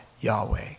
Yahweh